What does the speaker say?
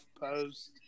post